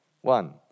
One